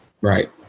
right